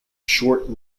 short